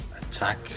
attack